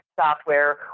software